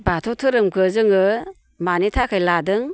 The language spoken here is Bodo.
बाथौ धोरोमखौ जोङो मानि थाखाय लादों